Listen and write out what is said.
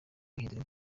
guhindura